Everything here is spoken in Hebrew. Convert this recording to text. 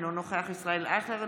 אינו נוכח ישראל אייכלר,